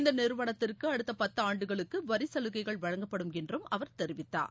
இந்த நிறுவனத்திற்கு அடுத்த பத்து ஆண்டுகளுக்கு வரிச்சலுகைகள் வழங்கப்படும் என்றும் அவர் தெரிவித்தார்